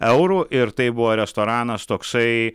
eurų ir tai buvo restoranas toksai